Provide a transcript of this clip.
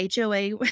HOA